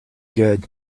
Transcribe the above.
good